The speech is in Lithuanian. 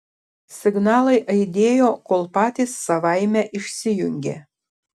signalai aidėjo kol patys savaime išsijungė